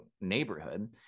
neighborhood